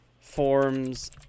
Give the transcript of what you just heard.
forms